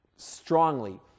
strongly